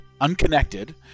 unconnected